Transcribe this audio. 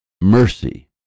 Mercy